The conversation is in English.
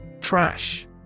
Trash